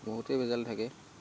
বহুতেই ভেজাল থাকে